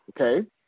okay